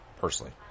personally